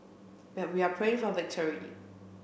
but we are praying for victory